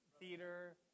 Theater